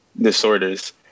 disorders